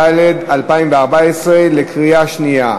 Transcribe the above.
התשע"ד 2014, קריאה שנייה.